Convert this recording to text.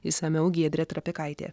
išsamiau giedrė trapikaitė